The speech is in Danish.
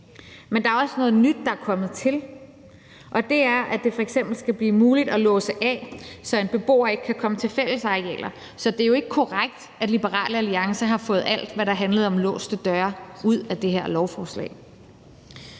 Men der er også noget nyt, der er kommet til, og det er, at det f.eks. skal blive muligt at låse af, så en beboer ikke kan komme til fællesarealer. Så det er jo ikke korrekt, at Liberal Alliance har fået alt, hvad der handlede om låste døre, ud af det her lovforslag.